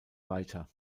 weiter